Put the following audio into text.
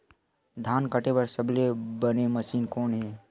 धान काटे बार सबले बने मशीन कोन हे?